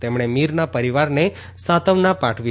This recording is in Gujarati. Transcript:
તેમણે મીરના પરિવારને સાંત્વના પાઠવી હતી